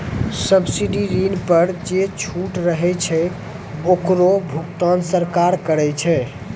subsidy ऋण पर जे छूट रहै छै ओकरो भुगतान सरकार करै छै